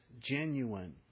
genuine